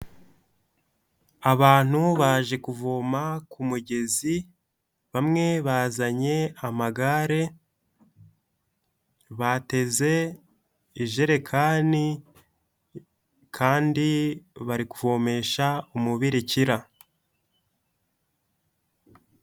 Abantu baje kuvoma ku ku mugezi, bamwe bazanye amagare, bateze ijerekani kandi bari kuvomesha umubirikira.